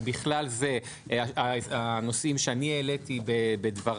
ובכלל זה הנושאים שאני העליתי בדבריי,